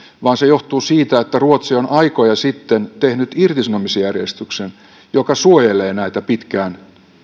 vaan se johtuu siitä että ruotsi on aikoja sitten tehnyt irtisanomisjärjestyksen joka suojelee näitä pitkään